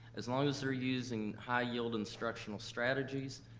as long as they're using high-yield instructional strategies,